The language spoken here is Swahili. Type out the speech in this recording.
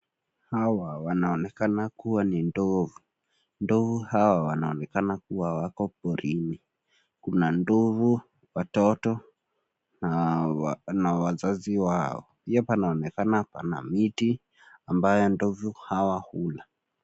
Hawa wanaonekana kuwa ni ndovu. Ndovu hawa wanaonekana kuwa wako porini. Kuna ndovu, watoto, na wazazi wao. Pia panaonekana pana miti ambayo ndovu hawa hula.